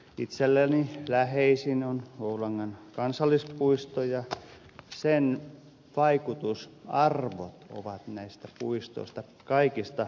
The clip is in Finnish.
itselleni läheisin on oulangan kansallispuisto ja sen vaikutusarvot ovat näistä puistoista kaikista suurimmat